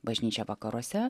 bažnyčia vakaruose